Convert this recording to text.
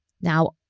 Now